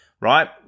right